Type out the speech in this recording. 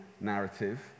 narrative